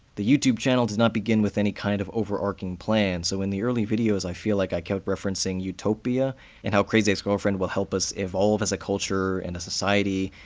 the youtube channel did not begin with any kind of overarching plan, so in the early videos i feel like i kept referencing utopia and how crazy ex-girlfriend will help us evolve as a culture and a society,